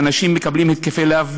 שאנשים מקבלים התקפי לב,